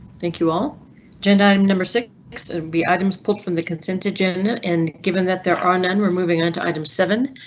thank you all gender item number six and ah b items pulled from the consent agenda and given that there are none, were moving into item seven,